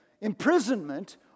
imprisonment